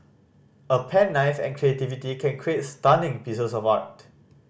a pen knife and creativity can create stunning pieces of art